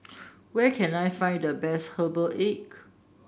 where can I find the best Herbal Egg